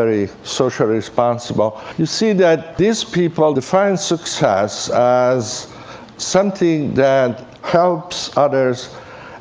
very socially responsible. you see that these people define success as something that helps others